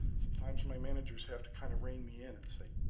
sometimes my managers have to kind of rein me in and say,